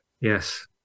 yes